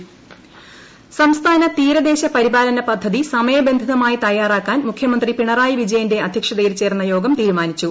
മുഖ്യമന്ത്രി സംസ്ഥാന തീരദേശ പരിപാലന പദ്ധതി സമയബന്ധിതമായി തയ്യാറാക്കാൻ മുഖ്യമന്ത്രി പിണറായി വിജയന്റെ അധ്യക്ഷതയിൽ ചേർന്ന യോഗം തീരുമാനിച്ചു